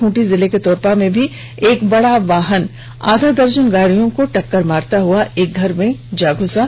खूंटी जिले के तोरपा में भी एक बड़ा वाहन आधा दर्जन गाड़ियों को टक्कर मारते हए एक घर में जा घूसा